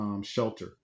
shelter